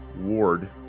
ward